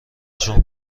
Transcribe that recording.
جون